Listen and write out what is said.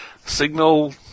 signal